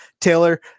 Taylor